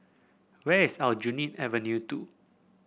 where is Aljunied Avenue Two